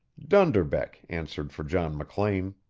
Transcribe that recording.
dunderbeck answered for john mclean.